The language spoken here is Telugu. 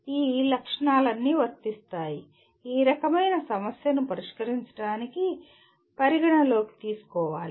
ఈ లక్షణాలన్నీ వర్తిస్తాయి ఈ రకమైన సమస్యను పరిష్కరించడానికి పరిగణనలోకి తీసుకోవాలి